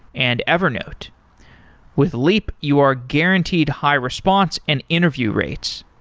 and evernote with leap, you are guaranteed high response and interview rates.